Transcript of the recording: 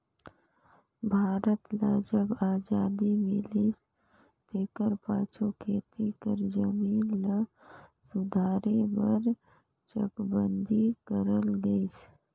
भारत ल जब अजादी मिलिस तेकर पाछू खेती कर जमीन ल सुधारे बर चकबंदी करल गइस